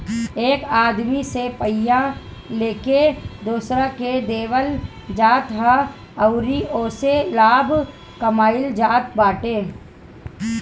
एक आदमी से पइया लेके दोसरा के देवल जात ह अउरी ओसे लाभ कमाइल जात बाटे